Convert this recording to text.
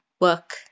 work